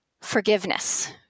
forgiveness